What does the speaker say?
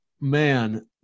man